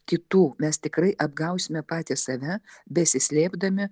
kitų mes tikrai atgausime patys save besislėpdami